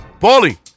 Paulie